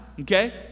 okay